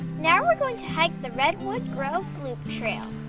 now we're going to hike the redwood grove loop trail.